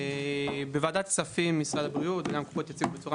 בוועדת הכספים ובמשרד הבריאות הציגו בצורה